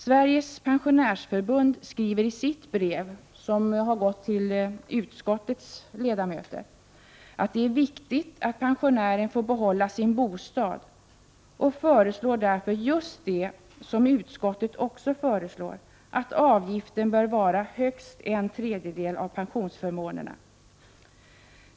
Sveriges Pensionärsförbund skriver i sitt brev, som gått till utskottets ledamöter, att det är viktigt att pensionärerna får behålla sin bostad och föreslår därför just det som utskottet också föreslår, nämligen att avgiften skall vara högst en tredjedel av pensionsförmånerna.